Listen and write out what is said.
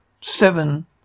Seven